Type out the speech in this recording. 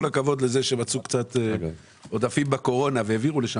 הכבוד לזה שמצאו קצת עודפים בקורונה והעבירו לשם.